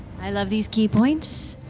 i love these ki points.